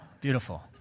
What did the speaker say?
beautiful